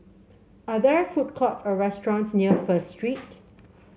are there food courts or restaurants near First Street